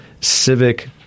civic